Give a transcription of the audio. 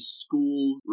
schools